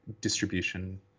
distribution